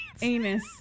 anus